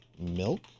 milk